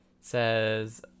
says